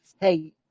hey